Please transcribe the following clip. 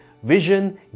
Vision